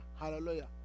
Hallelujah